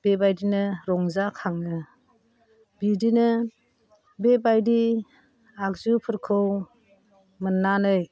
बेबादिनो रंजा खाङो बिदिनो बेबादि आगजुफोरखौ मोन्नानै